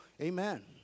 Amen